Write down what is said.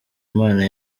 imana